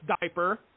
diaper